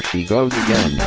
go together